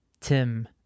tim